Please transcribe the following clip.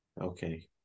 okay